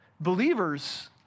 believers